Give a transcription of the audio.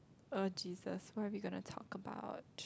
uh Jesus what are we gonna talk about